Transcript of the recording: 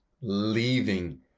leaving